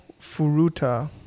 Furuta